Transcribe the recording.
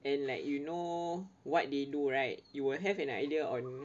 and like you know what they do right you will have an idea on